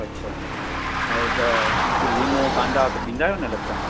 अच्छा ऐं ॿ लीमो कांदा सभु ॾींदा आहियो न अलॻि सां